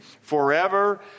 forever